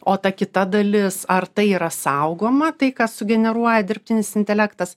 o ta kita dalis ar tai yra saugoma tai ką sugeneruoja dirbtinis intelektas